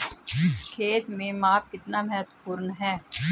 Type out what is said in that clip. खेत में माप कितना महत्वपूर्ण है?